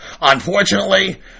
Unfortunately